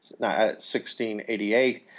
1688